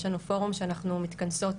יש לנו פורום שאנחנו מתכנסות